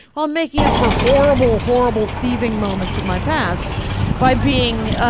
well, i'm making up for horrible, horrible thieving moments in my past by being,